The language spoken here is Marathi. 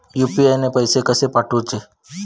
यू.पी.आय ने पैशे कशे पाठवूचे?